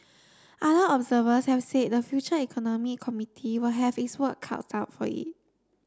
other observers have said the Future Economy Committee will have its work cuts out for it